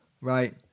Right